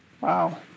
Wow